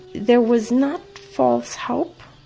there was not false hope,